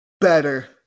better